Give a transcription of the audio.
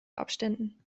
abständen